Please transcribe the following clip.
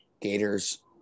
Gators